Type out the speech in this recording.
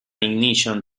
ignition